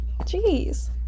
Jeez